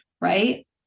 right